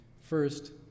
first